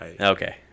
Okay